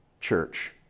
church